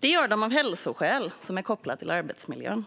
De gör det av hälsoskäl som är kopplade till arbetsmiljön.